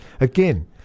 Again